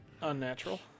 Unnatural